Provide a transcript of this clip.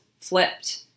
flipped